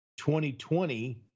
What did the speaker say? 2020